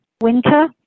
winter